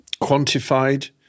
quantified